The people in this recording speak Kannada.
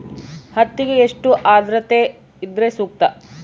ಹತ್ತಿಗೆ ಎಷ್ಟು ಆದ್ರತೆ ಇದ್ರೆ ಸೂಕ್ತ?